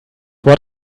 what